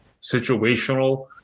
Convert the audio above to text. situational